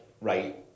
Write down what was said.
right